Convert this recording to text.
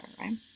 right